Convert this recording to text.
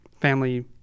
family